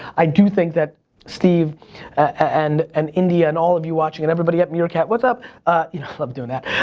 i do think that steve and and india, and all of you watching, and everybody at meerkat, what's up. you know, i love doing that,